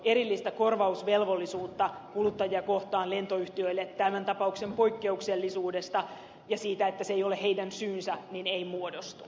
erillistä korvausvelvollisuutta kuluttajia kohtaan lentoyhtiöille tämän tapauksen poikkeuksellisuudesta ja siitä että se ei ole niiden syy ei muodostu